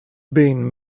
been